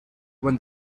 when